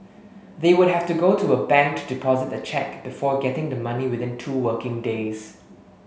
they would have to go to a bank to deposit the cheque before getting the money within two working days